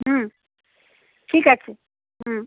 হুম ঠিক আছে হুম